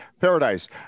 paradise